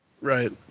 Right